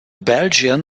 belgian